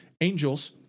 angels